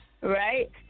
right